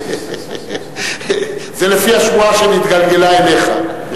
זה לפי השמועה שנתגלגלה אליך.